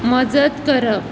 मजत करप